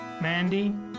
Mandy